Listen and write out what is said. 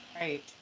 Right